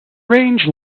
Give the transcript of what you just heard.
range